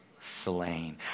slain